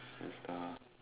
and stuff